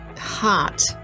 heart